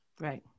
Right